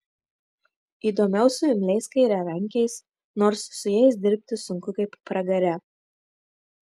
įdomiau su imliais kairiarankiais nors su jais dirbti sunku kaip pragare